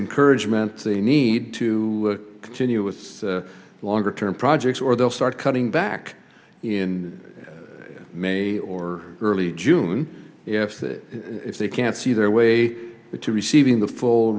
encouragement they need to continue with longer term projects or they'll start cutting back in may or early june if that if they can't see their way to receiving the full